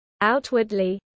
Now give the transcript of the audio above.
Outwardly